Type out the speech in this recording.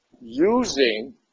using